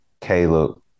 Caleb